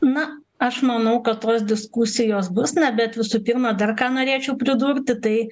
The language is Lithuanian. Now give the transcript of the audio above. na aš manau kad tos diskusijos bus na bet visų pirma dar ką norėčiau pridurti tai